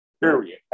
Period